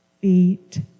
feet